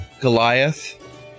Goliath